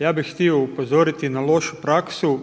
ja bih htio upozoriti na lošu praksu